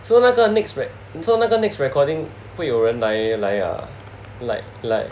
so 那个 next rec~ so next recording 会有人来来啊 like like